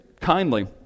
kindly